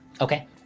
Okay